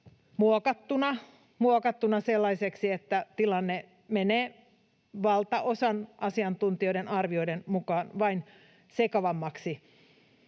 muokattuna sellaiseksi, että tilanne menee asiantuntijoista valtaosan arvioiden mukaan vain sekavammaksi.